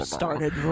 started